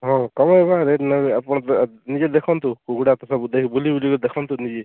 ହଁ କମାଇବା ରେଟ୍ ନହେଲେ ଆପଣ ତ ନିଜେ ଦେଖନ୍ତୁ କୁକୁଡ଼ା ତ ସବୁ ଦେଖ ବୁଲି ବୁଲିକି ଦେଖନ୍ତୁ ନିଜେ